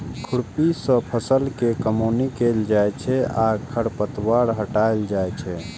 खुरपी सं फसल के कमौनी कैल जाइ छै आ खरपतवार हटाएल जाइ छै